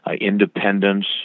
independence